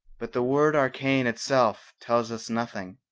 but the word archaean itself tells us nothing,